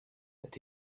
that